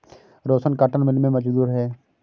रोशन cotton mill में मजदूर है